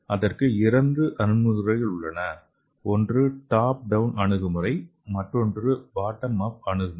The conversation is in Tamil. இதற்கு இரண்டு அணுகுமுறைகள் உள்ளன ஒன்று டாப் டவுன் அணுகுமுறை மற்றும் மற்றொன்று பாட்டம் அப் அணுகுமுறை